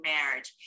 Marriage